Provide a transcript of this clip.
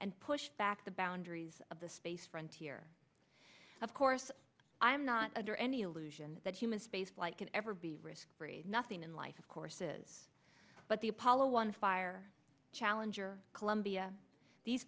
and push back the boundaries of the space frontier of course i'm not under any illusion that human space flight can ever be risk free nothing in life of course is but the apollo one fire challenger columbia these